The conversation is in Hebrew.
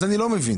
אז אני לא מבין